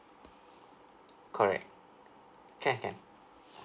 correct can can